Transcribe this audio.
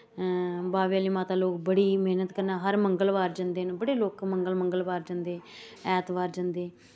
बाह्वे आह्ली माता लोग बड़ी मिन्नत कन्नै हर मंगलवार जंदे न बड़े लोक मंगल मंगलवार जंदे न ऐतवार जंदे